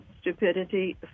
Stupidity